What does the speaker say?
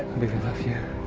because i love you.